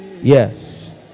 Yes